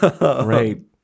Right